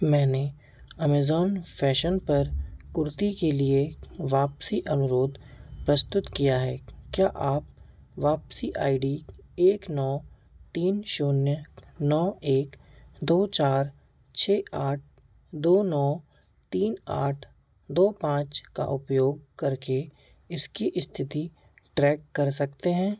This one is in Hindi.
मैंने अमेज़ॉन फैशन पर कुर्ती के लिए वापसी अनुरोध प्रस्तुत किया हैं क्या आप वापसी आई डी एक नौ तीन शून्य नौ एक दो चार छः आठ दो नौ तीन आठ दो पाँच का उपयोग करके इसकी स्थिति ट्रैक कर सकते हैं